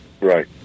Right